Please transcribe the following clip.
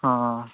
ହଁ